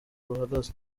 ruhagaze